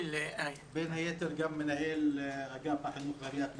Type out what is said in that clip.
בין היתר הייתי גם מנהל אגף החינוך בעיריית נצרת,